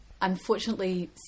Unfortunately